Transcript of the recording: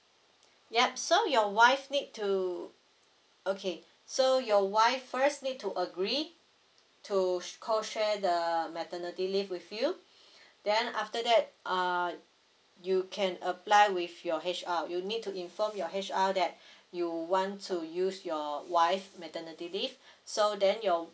yup so your wife need to okay so your wife first need to agree to co share the maternity leave with you then after that uh you can apply with your H_R you need to inform your H_R that you want to use your wife maternity leave so then your